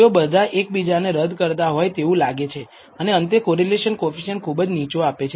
તેઓ બધા એકબીજાને રદ કરતા હોય તેવું લાગે છે અને અંતે કોરિલેશન કોએફિસિએંટ ખુબ જ નીચો આપે છે